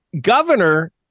governor